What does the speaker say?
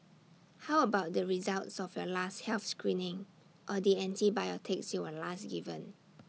how about the results of your last health screening or the antibiotics you were last given